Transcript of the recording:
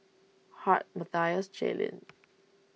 Hart Mathias Jaelynn